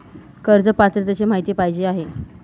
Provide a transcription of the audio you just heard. कर्ज पात्रतेची माहिती पाहिजे आहे?